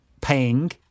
paying